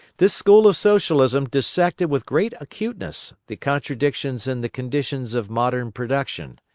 this school of socialism dissected with great acuteness the contradictions in the conditions of modern production.